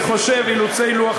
אילוצי לו"ז.